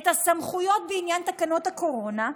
את הסמכויות בעניין תקנות הקורונה,